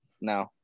no